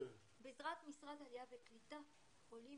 בעזרת משרד העלייה והקליטה עולים